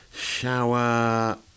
Shower